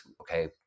okay